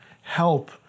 help